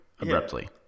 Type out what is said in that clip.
abruptly